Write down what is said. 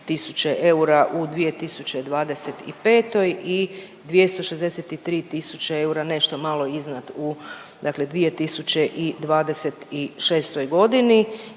264000 eura u 2025. i 263000 eura, nešto malo iznad u dakle 2026. godini.